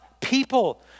people